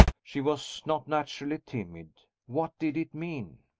she was not naturally timid. what did it mean?